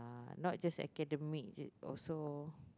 but not just academic and also